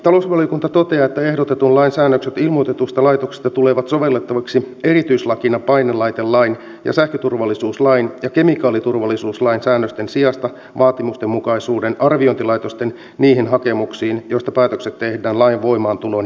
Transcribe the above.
talousvaliokunta toteaa että ehdotetun lain säännökset ilmoitetuista laitoksista tulevat sovellettaviksi erityislakina painelaitelain ja sähköturvallisuuslain ja kemikaaliturvallisuuslain säännösten sijasta vaatimustenmukaisuuden arviointilaitosten niihin hakemuksiin joista päätökset tehdään lain voimaantulon jälkeen